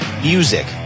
music